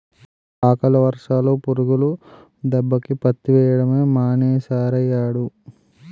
అకాల వర్షాలు, పురుగుల దెబ్బకి పత్తి వెయ్యడమే మానీసేరియ్యేడు